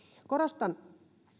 korostan